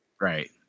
Right